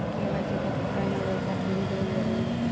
KYC खातिर PAN आउर आधार दुनों देवल जरूरी बा?